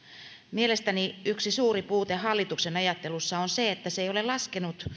mielestäni yksi suuri puute hallituksen ajattelussa on se että se ei ole laskenut